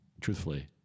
truthfully